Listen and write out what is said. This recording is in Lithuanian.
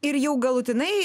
ir jau galutinai